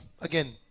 again